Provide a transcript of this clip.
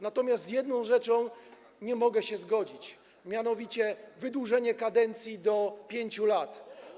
Natomiast z jedną rzeczą nie mogę się zgodzić, mianowicie z wydłużeniem kadencji do 5 lat.